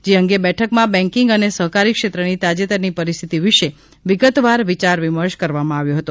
જે અંગે બેઠકમાં બેન્કીંગ અને સહકારીક્ષેત્રની તાજેતરની પરિસ્થિતિ વિશે વિગતવાર વિચારવિમર્શ કરવામાં આવ્યો હતો